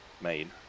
made